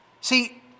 See